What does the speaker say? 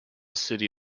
city